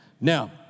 now